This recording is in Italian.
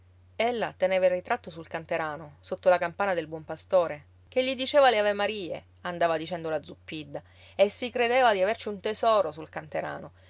galanterie ella teneva il ritratto sul canterano sotto la campana del buon pastore che gli diceva le avemarie andava dicendo la zuppidda e si credeva di averci un tesoro sul canterano